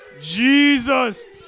Jesus